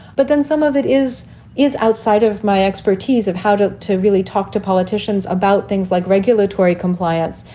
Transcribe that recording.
but then some of it is is outside of my expertise of how to to really talk to politicians about things like regulatory compliance.